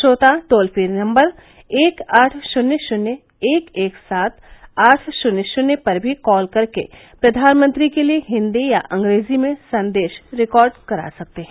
श्रोता toll free number एक आठ शून्य शून्य एक एक सात आठ शून्य शून्य पर भी कॉल करके प्रधानमंत्री के लिए हिंदी या अंग्रेजी में संदेश रिकॉर्ड करा सकते हैं